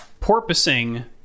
porpoising